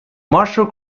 marshall